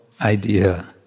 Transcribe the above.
idea